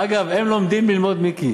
אגב, הם לומדים ללמוד, מיקי,